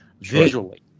visually